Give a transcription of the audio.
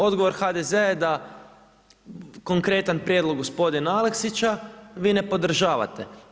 Odgovor HDZ-a je da konkretan prijedlog gospodina Aleksića vi ne podržavate.